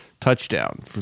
touchdown